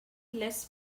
less